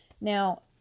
Now